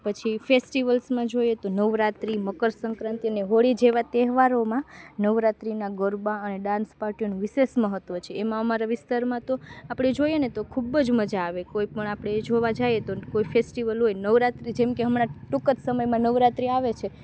પછી ફેસ્ટિવલ્સમાં જોઈએ તો નવરાત્રિ મકરસંક્રાંતિ અને હોળી જેવાં તહેવારોમાં નવરાત્રિનાં ગરબા અને ડાન્સ પાર્ટીઓનું વિશેષ મહત્ત્વ છે એમાં અમારા વિસ્તારમાં તો આપણે જોઈએ ને તો ખૂબ જ મજા આવે કોઈ પણ આપણે જોવાં જઈએ તો કોઈ ફેસ્ટિવલ હોય નવરાત્રિ જેમ કે હમણાં ટૂંક જ સમયમાં નવરાત્રિ આવે છે